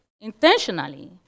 intentionally